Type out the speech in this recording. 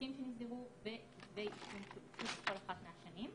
תיקים שנסגרו וכתבי אישום שהוגשו בכל אחת מהשנים.